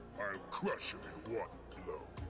i'll crush him in one blow!